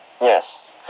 yes